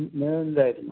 मिळून जाईल